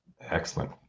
Excellent